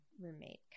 roommate